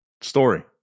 Story